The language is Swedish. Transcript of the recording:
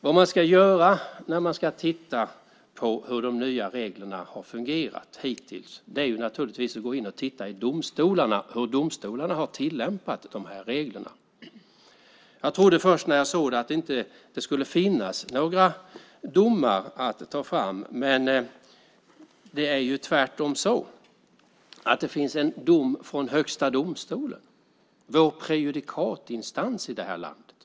Vad man ska göra när man ska titta på hur de nya reglerna har fungerat hittills är naturligtvis att gå in och titta i domstolarna och se hur de har tillämpat de här reglerna. Jag trodde först när jag såg det att det inte skulle finnas några domar att ta fram, men det är tvärtom så att det finns en dom från Högsta domstolen, vår prejudikatinstans i det här landet.